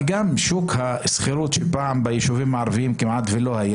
אבל גם שוק השכירות שפעם כמעט לא היה ביישובים הערביים רואים,